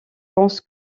pense